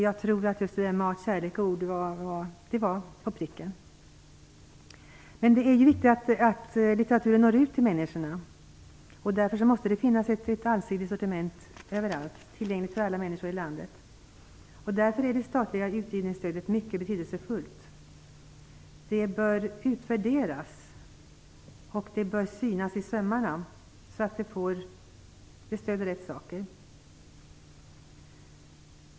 Jag tror att det som sades om att mat, kärlek och ord är det viktigaste var på pricken. Det är viktigt att litteraturen når ut till människorna. Därför måste det finnas ett allsidigt sortiment överallt, tillgängligt för alla människor i landet. Därför är det statliga utgivningsstödet mycket betydelsefullt. Det bör utvärderas och synas i sömmarna så att det stöder rätt saker.